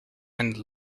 and